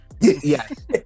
yes